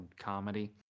comedy